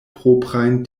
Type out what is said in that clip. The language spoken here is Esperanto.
proprajn